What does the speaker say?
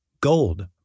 gold